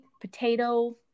potato